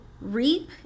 reap